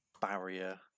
Barrier